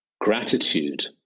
gratitude